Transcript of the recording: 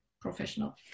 professional